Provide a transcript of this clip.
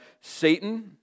Satan